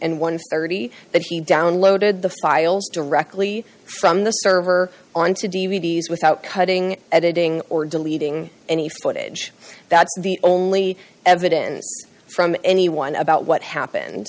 hundred and thirty but he downloaded the files directly from the server onto d v d s without cutting editing or deleting any footage that's the only evidence from anyone about what happened